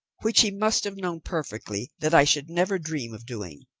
which he must have known perfectly that i should never dream of doing,